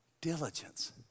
diligence